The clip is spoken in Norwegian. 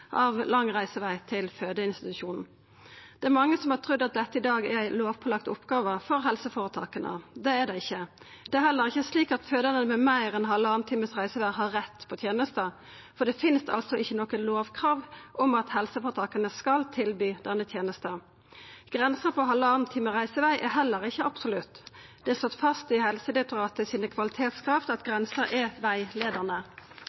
lang reiseveg til fødeinstitusjonen. Det er mange som har trudd at dette i dag er ei lovpålagd oppgåve for helseføretaka. Det er det ikkje. Det er heller ikkje slik at fødande med meir enn halvannan time reiseveg har rett på tenesta, for det finst ikkje noko lovkrav om at helseføretaka skal tilby dette. Grensa på halvannan times reiseveg er heller ikkje absolutt. Det er slått fast i Helsedirektoratet sine kvalitetskrav at